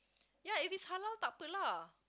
ya if it's halal tak apalah lah